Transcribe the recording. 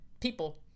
people